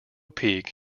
peak